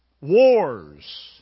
wars